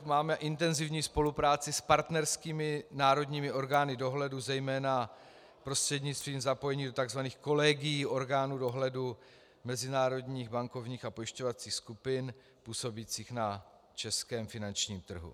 Máme intenzivní spolupráci s partnerskými národními orgány dohledu zejména prostřednictvím zapojení do tzv. kolegií orgánů dohledu mezinárodních bankovních a pojišťovacích skupin působících na českém finančním trhu.